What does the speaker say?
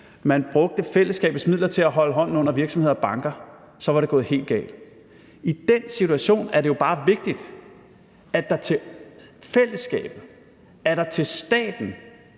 man brugte fællesskabets midler til at holde hånden under virksomheder og banker, så var det gået helt galt – er det jo i den situation bare vigtigt, at der til fællesskabet, til staten,